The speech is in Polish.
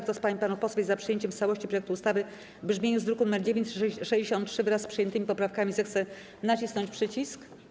Kto z pań i panów posłów jest za przyjęciem w całości projektu ustawy w brzmieniu z druku nr 963, wraz z przyjętymi poprawkami, zechce nacisnąć przycisk.